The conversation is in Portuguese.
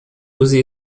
use